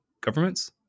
governments